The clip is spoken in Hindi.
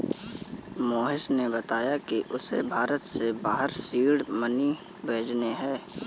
मोहिश ने बताया कि उसे भारत से बाहर सीड मनी भेजने हैं